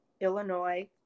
Illinois